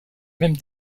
même